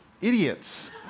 idiots